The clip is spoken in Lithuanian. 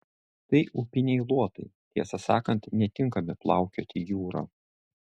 tai upiniai luotai tiesą sakant netinkami plaukioti jūra